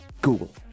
Google